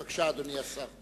בבקשה, אדוני השר.